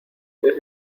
eres